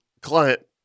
client